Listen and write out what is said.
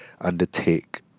undertake